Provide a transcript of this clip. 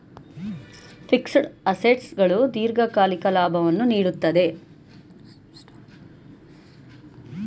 fixed assets ಗಳು ದೀರ್ಘಕಾಲಿಕ ಲಾಭವನ್ನು ನೀಡುತ್ತದೆ